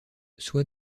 soit